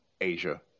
asia